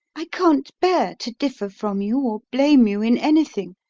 i can't bear to differ from you or blame you in anything,